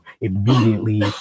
immediately